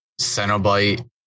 Cenobite